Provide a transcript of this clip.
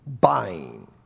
buying